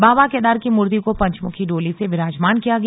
बाबा केदार की मूर्ति को पंचमुखी डोली में विराजमान किया गया